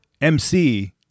MC